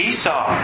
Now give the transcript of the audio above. Esau